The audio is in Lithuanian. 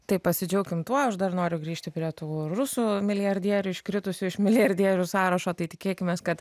taip pasidžiaukim tuo aš dar noriu grįžti prie tų rusų milijardierių iškritusių iš milijardierių sąrašo tai tikėkimės kad